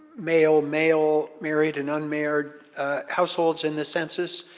male, male, married and unmarried households in the census.